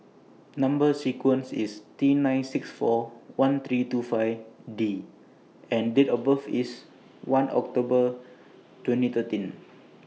Number sequence IS T nine six four one three two five D and Date of birth IS one October twenty thirteen